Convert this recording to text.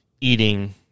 Eating